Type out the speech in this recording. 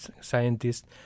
scientists